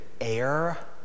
air